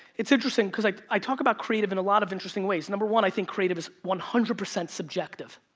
it's interesting cause like i talk about creative in a lot of interesting ways. number one, i think creative is one hundred percent subjective.